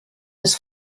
des